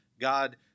God